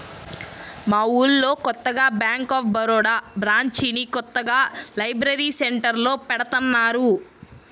మా ఊళ్ళో కొత్తగా బ్యేంక్ ఆఫ్ బరోడా బ్రాంచిని కొత్తగా లైబ్రరీ సెంటర్లో పెడతన్నారు